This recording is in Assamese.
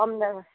ক'ম দে